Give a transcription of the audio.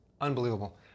Unbelievable